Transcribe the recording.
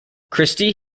christie